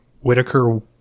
Whitaker